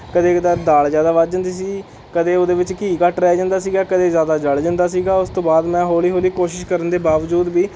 ਕਦੇ ਕਦਾਰ ਦਾਲ ਜ਼ਿਆਦਾ ਵੱਧ ਜਾਂਦੀ ਸੀ ਕਦੇ ਉਹਦੇ ਵਿੱਚ ਘੀ ਘੱਟ ਰਹਿ ਜਾਂਦਾ ਸੀ ਕਦੇ ਜ਼ਿਆਦਾ ਜਲ ਜਾਂਦਾ ਸੀ ਉਸ ਤੋਂ ਬਾਅਦ ਮੈਂ ਹੌਲੀ ਹੌਲੀ ਕੋਸ਼ਿਸ਼ ਕਰਨ ਦੇ ਬਾਵਜੂਦ ਵੀ